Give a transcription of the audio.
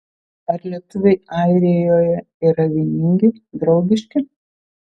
ar lietuviai airijoje yra vieningi draugiški